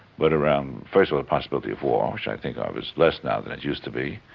but around first of all the possibility of war which i think ah of as less now than it used to be,